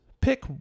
pick